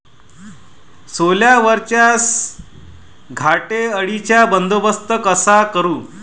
सोल्यावरच्या घाटे अळीचा बंदोबस्त कसा करू?